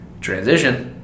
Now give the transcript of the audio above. Transition